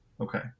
okay